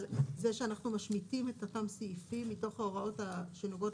אבל זה שאנחנו משמיטים את אותם סעיפים מתוך ההוראות שנוגעות